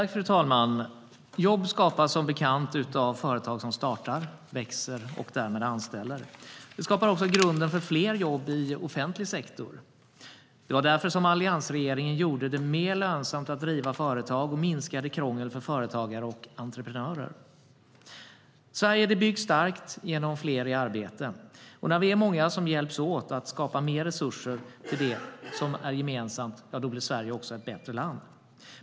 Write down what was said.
Fru talman! Jobb skapas som bekant av företag som startar, växer och därmed anställer. Det skapar också grunden för fler jobb i offentlig sektor. Det var därför som alliansregeringen gjorde det mer lönsamt att driva företag och minskade krångel för företagare och entreprenörer. Sverige byggs starkt genom fler i arbete. När vi är många som hjälps åt att skapa mer resurser till det som är gemensamt blir Sverige också ett bättre land.